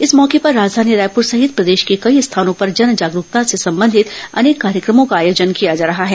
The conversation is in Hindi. इस मौके पर राजधानी रायपुर सहित प्रदेश के कई स्थानों पर जन जागरूकता से संबंधित अनेक कार्यक्रमों का आयोजन किया जा रहा है